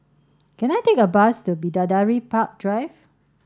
can I take a bus to Bidadari Park Drive